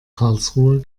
karlsruhe